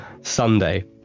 Sunday